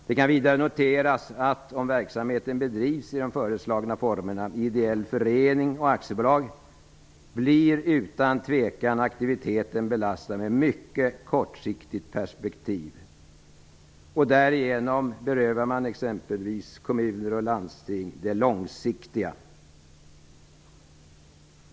Det kan vidare noteras att om verksamheten bedrivs i de föreslagna formerna, ideell förening och aktiebolag, blir utan tvekan aktiviteten belastad med mycket kortsiktigt perspektiv. Därigenom berövas exempelvis kommuner och landsting det långsiktiga.